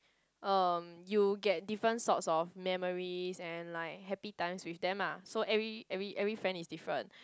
um you get different sort of memories and like happy times with them ah so every every every friend is different